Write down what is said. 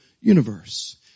universe